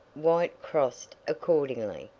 white-crossed accordingly,